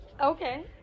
Okay